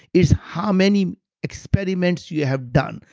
it's how many experiments you have done,